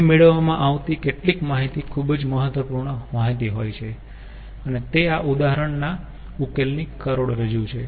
અહીં મેળવવામાં આવતી કેટલીક માહિતી ખૂબ જ મહત્વપૂર્ણ માહિતી હોય છે અને તે આ ઉદાહરણના ઉકેલ ની કરોડરજ્જુ છે